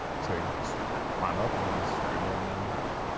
so you just climb up and then scramble on down the back.